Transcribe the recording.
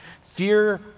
Fear